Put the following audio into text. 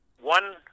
one